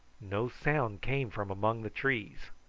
no sound came from among the trees.